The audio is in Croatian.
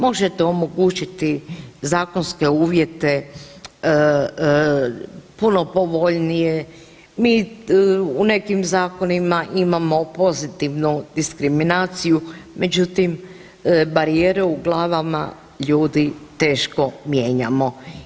Možete omogućiti zakonske uvjete puno povoljnije, mi u nekim zakonima imamo pozitivnu diskriminaciju međutim barijere u glavama ljudi teško mijenjamo.